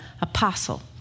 Apostle